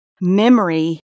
memory